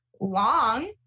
long